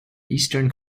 eastern